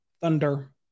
thunder